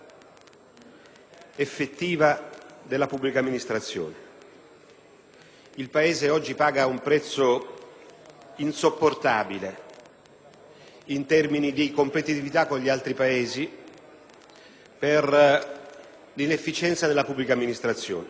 effettiva della pubblica amministrazione. Il Paese oggi paga un prezzo insopportabile in termini di competitività con gli altri Paesi per l'inefficienza della pubblica amministrazione;